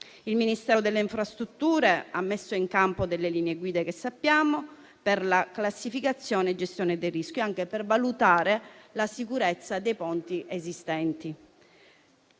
Il Ministero delle infrastrutture ha messo in campo le linee guida che conosciamo per la classificazione e gestione del rischio, anche per valutare la sicurezza dei ponti esistenti.